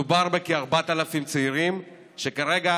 מדובר בכ-4,000 צעירים שכרגע